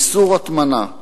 איסור הטמנה,